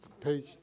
page